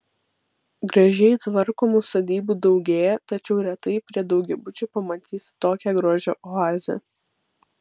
gražiai tvarkomų sodybų daugėja tačiau retai prie daugiabučių pamatysi tokią grožio oazę